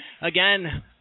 Again